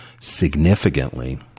significantly